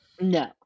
No